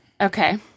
Okay